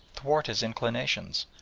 thwart his inclinations,